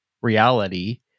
reality